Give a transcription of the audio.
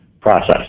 process